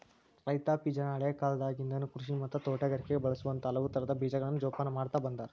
ರೈತಾಪಿಜನ ಹಳೇಕಾಲದಾಗಿಂದನು ಕೃಷಿ ಮತ್ತ ತೋಟಗಾರಿಕೆಗ ಬಳಸುವಂತ ಹಲವುತರದ ಬೇಜಗಳನ್ನ ಜೊಪಾನ ಮಾಡ್ತಾ ಬಂದಾರ